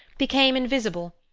became invisible,